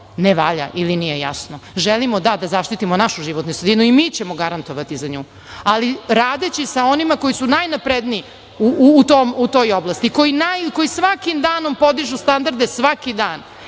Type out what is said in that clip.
ne valja ili nije jasno? Želimo, da, da zaštitimo našu životnu sredinu i mi ćemo garantovati za nju, ali radeći sa onima koji su najnapredniji u toj oblasti, koji svakim danom podižu standarde svaki dan,